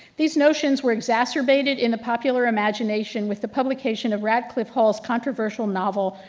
these notions were exacerbated in the popular imagination with the publication of radclyffe hall's controversial novel,